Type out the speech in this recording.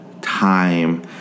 time